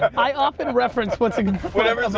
i often reference what's like in